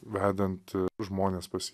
vedant žmones pas